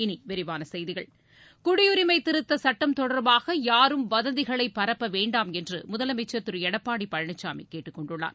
இனி விரிவான செய்திகள் குடியுரிமை திருத்தச் சுட்டம் தொடர்பாக யாரும் வதந்திகளை பரப்ப வேண்டாம் என்று முதலமைச்சர் திரு எடப்பாடி பழனிசாமி கேட்டுக் கொண்டுள்ளார்